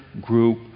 group